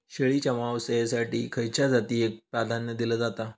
शेळीच्या मांसाएसाठी खयच्या जातीएक प्राधान्य दिला जाता?